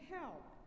help